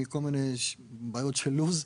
מכל מיני בעיות של לו"ז.